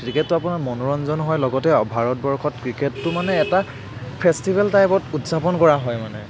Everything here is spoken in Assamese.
ক্ৰিকেটটো আপোনাৰ মনোৰঞ্জনো হয় লগতে ভাৰতবৰ্ষত ক্ৰিকেটটো মানে এটা ফেষ্টিভেল টাইপত উদযাপন কৰা হয় মানে